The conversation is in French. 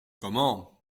comment